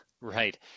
right